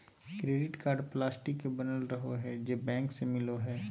credit card plastic के बनल रहो हइ जे बैंक से मिलो हइ